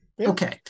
Okay